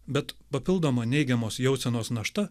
bet papildoma neigiamos jausenos našta